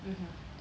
mmhmm